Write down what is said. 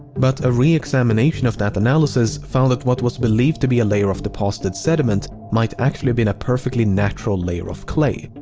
but a reexamination of that analysis found that what was believed to be a layer of deposited sediment might actually have been a perfectly natural layer of clay.